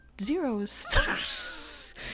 zeros